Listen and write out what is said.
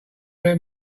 them